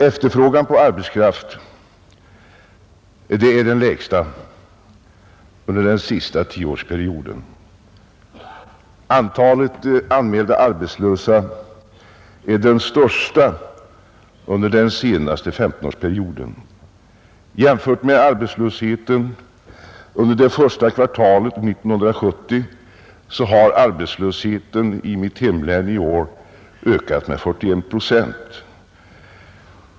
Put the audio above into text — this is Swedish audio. Efterfrågan på arbetskraft är den lägsta under den senaste 10-årsperioden. Antalet anmälda arbetslösa är det största under den senaste 15-årsperioden. Jämfört med arbetslösheten under första kvartalet 1970 har arbetslösheten i mitt hemlän i år ökat med 41 procent.